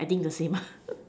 I think the same ah